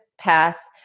pass